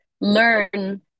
learn